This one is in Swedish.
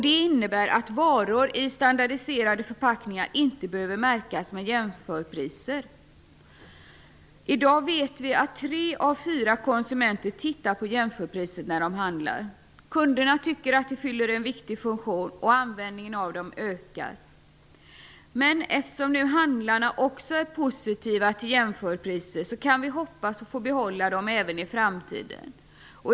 Det innebär att varor i standardiserade förpackningar inte behöver märkas med jämförpriser. I dag vet vi att tre av fyra konsumenter tittar på jämförpriser när de handlar. Kunderna tycker att de fyller en viktig funktion, och användningen av dem ökar. Eftersom handlarna också är positiva till jämförpriser kan vi hoppas att få behålla dem även i framtiden.